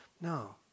No